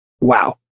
wow